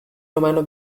romano